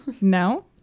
No